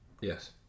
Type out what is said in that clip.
Yes